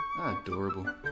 Adorable